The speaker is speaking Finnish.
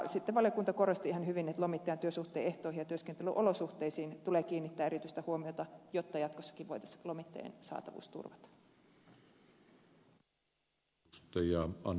sitten valiokunta korosti ihan hyvin että lomittajan työsuhteen ehtoihin ja työskentelyolosuhteisiin tulee kiinnittää erityistä huomiota jotta jatkossakin voitaisiin lomittajien saatavuus turvata